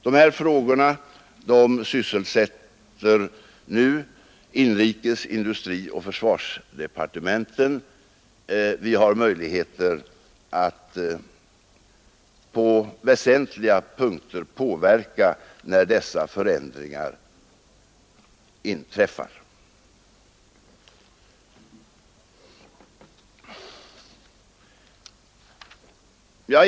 De här frågorna sysselsätter nu inrikes-, industrioch försvarsdepartementen, och vi har möjligheter att på väsentliga punkter påverka tidpunkten när dessa förändringar inträffar.